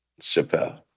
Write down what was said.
Chappelle